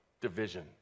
division